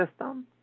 system